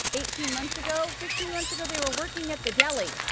eighteen months ago fifteen months ago, they were working at the deli.